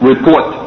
Report